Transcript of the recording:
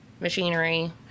machinery